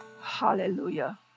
Hallelujah